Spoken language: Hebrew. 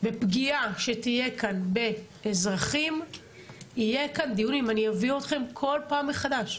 בפגיעה שתהיה כאן באזרחים יהיה כאן דיון ואני אביא אתכם כל פעם מחדש.